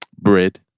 Bread